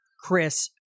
Chris